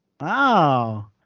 Wow